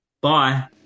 bye